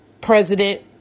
President